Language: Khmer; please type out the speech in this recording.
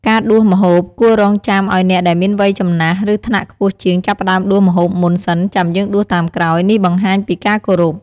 ការដួសម្ហូបគួររង់ចាំឱ្យអ្នកដែលមានវ័យចំណាស់ ឬ ថ្នាក់ខ្ពស់ជាងចាប់ផ្ដើមដួសម្ហូបមុនសិនចាំយើងដួសតាមក្រោយ នេះបង្ហាញពីការគោរព។